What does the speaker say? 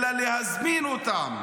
אלא להזמין אותם.